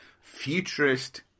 futurist